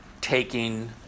taking